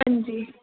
हां जी